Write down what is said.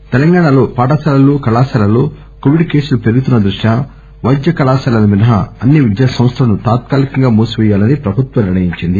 schools తెలంగాణలో పాఠశాలలు కళాశాలల్లో కోవిడ్ కేసులు పెరుగుతున్న దృష్ట్యా పైద్య కళాశాలలు మినహా అన్ని విద్యాసంస్టలను తాత్కాలీకంగా మూసివేయాలని ప్రభుత్వం నిర్ణయించింది